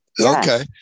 Okay